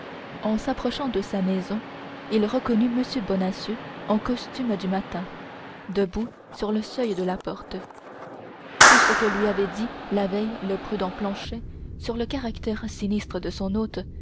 en s'approchant de sa maison il reconnut m bonacieux en costume du matin debout sur le seuil de sa porte tout ce que lui avait dit la veille le prudent planchet sur le caractère sinistre de son hôte